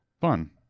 fun